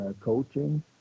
coaching